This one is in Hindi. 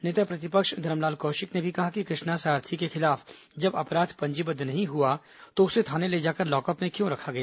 नेता प्रतिपक्ष धरमलाल कौशिक ने भी कहा कि कृष्णा सारथी के खिलाफ जब अपराध पंजीबद्ध नहीं हुआ तो उसे थाने ले जाकर लॉकअप में क्यों रखा गया